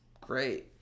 great